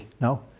No